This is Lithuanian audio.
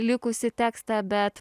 likusį tekstą bet